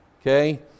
Okay